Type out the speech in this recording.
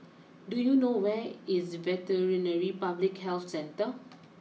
do you know where is Veterinary Public Health Centre